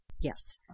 Yes